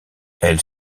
elle